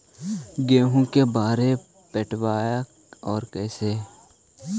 गेहूं के बार पटैबए और कैसे?